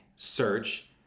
Search